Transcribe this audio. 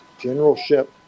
generalship